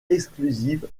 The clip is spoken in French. exclusive